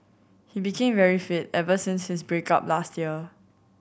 he became very fit ever since his break up last year